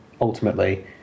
ultimately